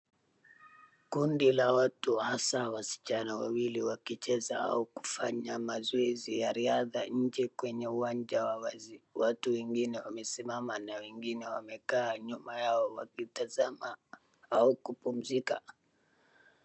Kundi la watu hasa wasichana wawili wakicheza au kufanya mazoezi ya riadha nje kwenye uwanja wa wazi. Watu wengine wamesimama na wengine wamekaa nyuma yao wakitazama au kupumzika.